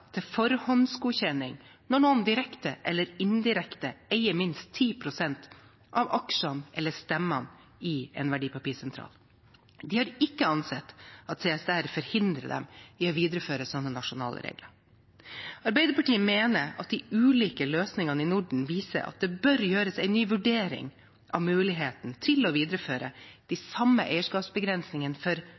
til forhåndsgodkjenning når noen direkte eller indirekte eier minst 10 pst. av aksjene eller stemmene i en verdipapirsentral. De har ikke ansett at CSDR hindrer dem i å videreføre slike nasjonale regler. Arbeiderpartiet mener at de ulike løsningene i Norden viser at det bør gjøres en ny vurdering av muligheten til å videreføre de samme eierskapsbegrensningene